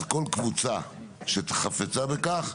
אז כל קבוצה שחפצה בכך,